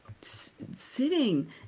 sitting